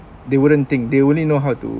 they wouldn't think they only know how to